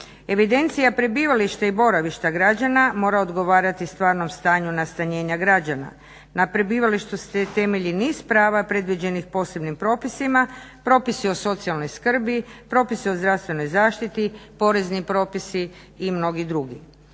Evidencija prebivališta i boravišta građana mora odgovarati stvarnom stanju nastanjenja građana. Na prebivalištu se temelji niz prava predviđenih posebnim propisima, propisi o socijalnoj skrbi, propisi o zdravstvenoj zaštiti, porezni propisi i mnogi drugi.